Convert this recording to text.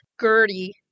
Gertie